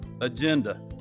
agenda